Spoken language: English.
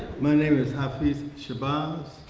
my name is hafiz shabazz.